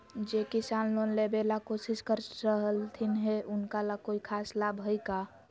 जे किसान लोन लेबे ला कोसिस कर रहलथिन हे उनका ला कोई खास लाभ हइ का?